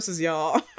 y'all